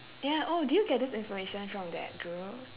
ya oh did you get this information from that group